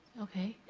okay,